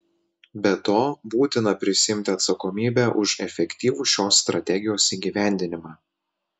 be to būtina prisiimti atsakomybę už efektyvų šios strategijos įgyvendinimą